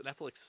netflix